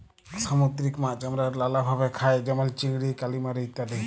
সামুদ্দিরিক মাছ আমরা লালাভাবে খাই যেমল চিংড়ি, কালিমারি ইত্যাদি